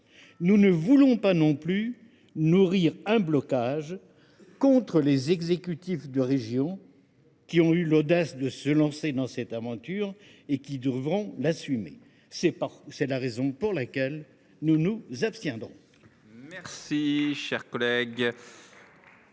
nous ne voulons pas non plus nourrir un blocage contre les exécutifs des régions qui ont eu l’audace de se lancer dans cette aventure et qui devront l’assumer. C’est pourquoi nous nous abstiendrons.